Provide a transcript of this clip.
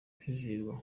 kwizihizwa